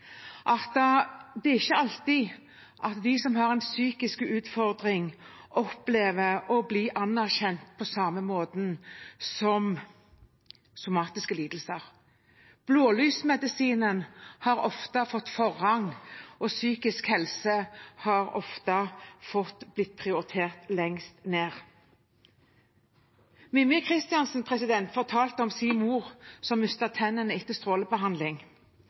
ikke alltid slik at de som har en psykisk utfordring, opplever å bli anerkjent på samme måte som dem med somatiske lidelser. Blålysmedisinen har ofte fått forrang, og psykisk helse har ofte blitt prioritert lengst ned. Mímir Kristjánsson fortalte om sin mor som mistet tennene etter strålebehandling.